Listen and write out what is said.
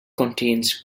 contains